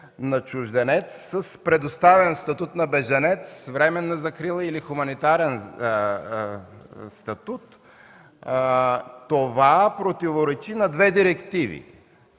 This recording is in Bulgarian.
на чужденец с предоставен статут на чужденец, временна закрила или хуманитарен статут. Това противоречи на две директиви,